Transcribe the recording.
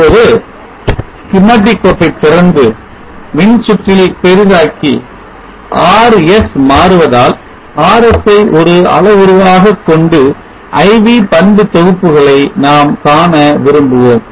இப்பொழுது schematic கோப்பை திறந்து மின்சுற்றில் பெரிதாக்கி RS மாறுவதால் RS ஐ ஒரு அளவுருவாகக் கொண்டு I V பண்பு தொகுப்புகளை நாம் காண விரும்புவோம்